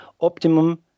optimum